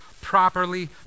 properly